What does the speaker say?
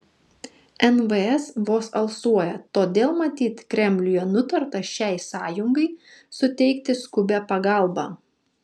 nvs vos alsuoja todėl matyt kremliuje nutarta šiai sąjungai suteikti skubią pagalbą